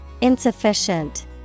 Insufficient